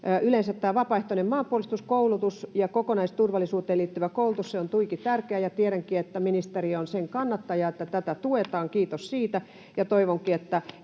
yleensäkin vapaaehtoiseen maanpuolustukseen ja kokonaisturvallisuuteen liittyvä koulutus: se on tuiki tärkeä, ja tiedänkin, että ministeri on sen kannattaja, että tätä tuetaan, kiitos siitä.